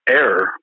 error